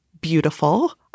beautiful